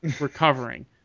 recovering